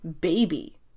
baby